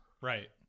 right